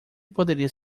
poderia